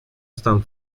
están